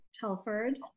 Telford